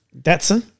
Datsun